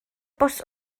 bws